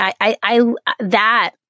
I—I—that